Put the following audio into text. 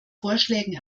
vorschlägen